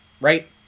right